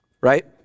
Right